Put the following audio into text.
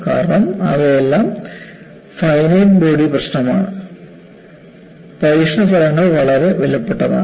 കാരണം അവയെല്ലാം finite body പ്രശ്നമാണ് പരീക്ഷണ ഫലങ്ങൾ വളരെ വിലപ്പെട്ടതാണ്